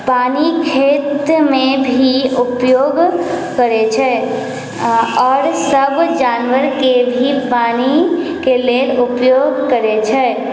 पानि खेतमे भी उपयोग करै छै आओर सभ जानवरके भी लेल पानिके उपयोग करै छै